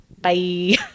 Bye